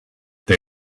they